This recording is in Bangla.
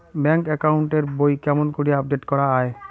ব্যাংক একাউন্ট এর বই কেমন করি আপডেট করা য়ায়?